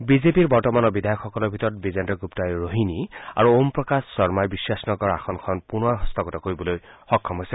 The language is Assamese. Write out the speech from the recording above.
বিজেপিৰ বৰ্তমানৰ বিধায়কসকলৰ ভিতৰত বিজেন্দ্ৰ গুপ্তাই ৰোহিনী আৰু ওম প্ৰকাশ শৰ্মাই বিশ্বাস নগৰৰ আসনখন পুনৰ হস্তগত কৰিবলৈ সক্ষম হৈছে